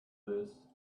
this